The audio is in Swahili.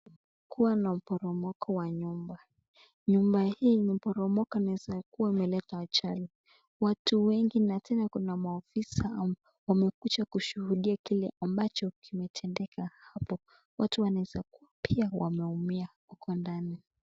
Kuwa na uporomoko wa nyumba. Nyumba hii ni imeporomoka, inaweza kuwa imeleta ajali. Watu wengi, na tena kuna maofisa wamekuja kushuhudia kile ambacho kimetendeka hapo. Watu wanaweza kuwa pia wameumia huko ndani.